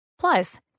Plus